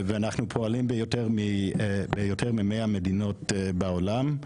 אנחנו פועלים ביותר מ-100 מדינות בעולם.